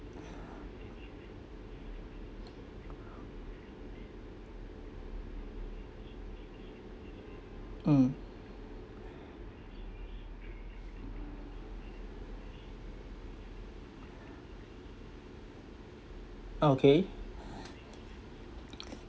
mm okay